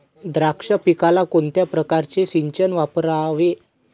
द्राक्ष पिकाला कोणत्या प्रकारचे सिंचन वापरावे?